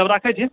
तब राखै छी